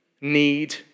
need